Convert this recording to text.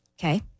Okay